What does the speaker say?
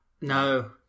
no